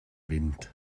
wind